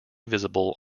visible